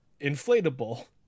inflatable